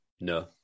No